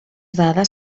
dades